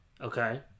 Okay